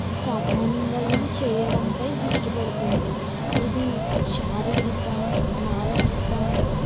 సమన్వయం చేయడంపై దృష్టి పెడుతుంది ఇది శారీరిక మానసిక